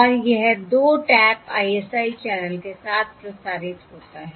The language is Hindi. और यह 2 टैप ISI चैनल के साथ प्रसारित होता है